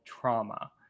trauma